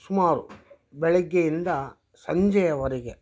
ಸುಮಾರು ಬೆಳಗ್ಗೆಯಿಂದ ಸಂಜೆಯವರೆಗೆ